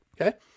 okay